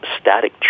static